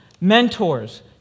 mentors